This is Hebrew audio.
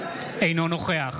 אינו נוכח